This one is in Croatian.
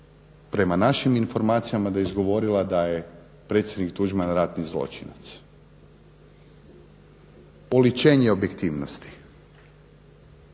prema našim informacijama da je izgovorila da je predsjednik Tuđman ratni zločinac, oličenje objektivnosti.